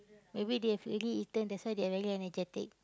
maybe they've already eaten that's why they are very energetic